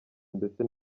ndetse